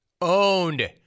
Owned